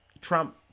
Trump